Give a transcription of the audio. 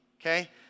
okay